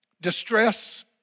Distress